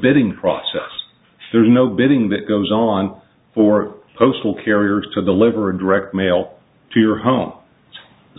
bidding process there's no bidding that goes on for postal carriers to the liver and direct mail to your home